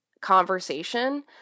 conversation